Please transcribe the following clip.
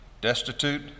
destitute